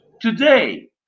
Today